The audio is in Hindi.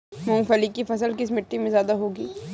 मूंगफली की फसल किस मिट्टी में ज्यादा होगी?